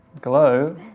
glow